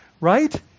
right